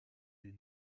des